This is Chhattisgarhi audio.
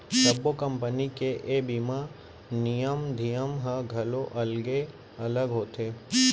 सब्बो कंपनी के ए बीमा नियम धियम ह घलौ अलगे अलग होथे